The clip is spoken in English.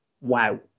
Wow